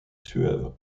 suave